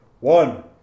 One